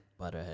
butterhead